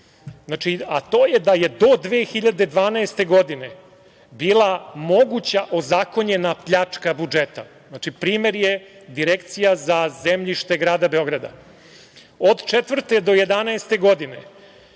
pojave, a to je da je do 2012. godine bila moguća ozakonjena pljačka budžeta. Znači, primer je Direkcija za zemljište grada Beograda. Od 2004. do 2011. godine